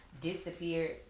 disappeared